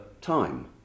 time